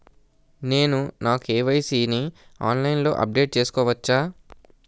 నేను నా కే.వై.సీ ని ఆన్లైన్ లో అప్డేట్ చేసుకోవచ్చా?